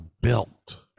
built